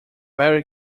very